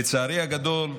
לצערי הגדול,